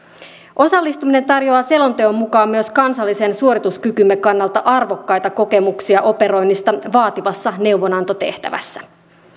osallistuminen tarjoaa selonteon mukaan myös kansallisen suorituskykymme kannalta arvokkaita kokemuksia operoinnista vaativassa neuvonantotehtävässä